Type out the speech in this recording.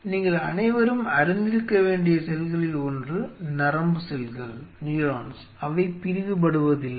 நீங்கள் அனைவரும் அறிந்திருக்க வேண்டிய செல்களில் ஒன்று நரம்பு செல்கள் அவை பிரிவுபடுவதில்லை